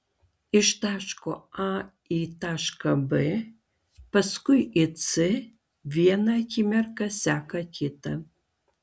iš taško a į tašką b paskui į c viena akimirka seka kitą